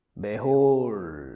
Behold